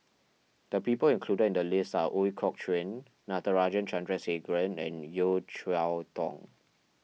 the people included in the list are Ooi Kok Chuen Natarajan Chandrasekaran and Yeo Cheow Tong